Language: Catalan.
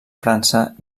frança